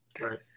Right